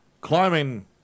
climbing